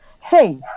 hey